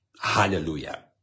Hallelujah